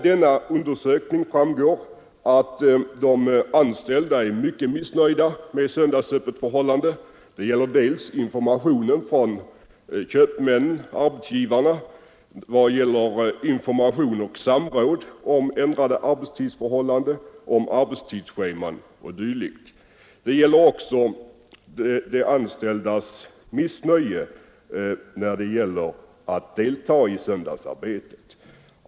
Denna undersökning visar att de anställda är mycket missnöjda med söndagsöppetförhållandena, dels i fråga om information från köpmännen-arbetsgivarna och samråd om arbetstidsförhållanden, arbetstidsscheman och dylikt, dels när det gäller att deltaga i söndagsarbetet.